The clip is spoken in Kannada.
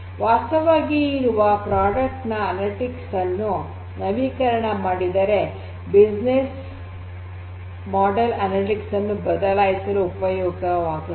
ವಾಸ್ತವಿಕವಾಗಿ ಇರುವ ಉತ್ಪನ್ನದ ಅನಲಿಟಿಕ್ಸ್ ಅನ್ನು ನವೀಕರಣ ಮಾಡಿದರೆ ಬಿಸಿನೆಸ್ ಮಾಡೆಲ್ ಅನಲಿಟಿಕ್ಸ್ ಅನ್ನು ಬದಲಾಯಿಸಲು ಉಪಯೋಗವಾಗುತ್ತದೆ